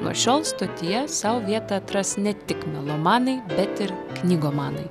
nuo šiol stotyje sau vietą atras ne tik melomanai bet ir knygomanai